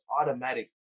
automatic